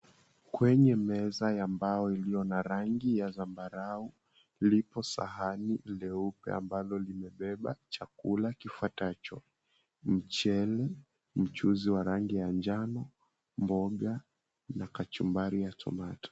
Kwenye meza ya mbao iliyo na rangi ya zambarau, lipo sahani leupe ambalo limebeba chakula kifwatacho; mchele, mchuzi wa rangi ya njano, mboga na kachumbari ya tomato .